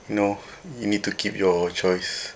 you know you need to keep your choice